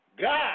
God